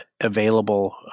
available